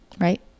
right